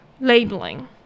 labeling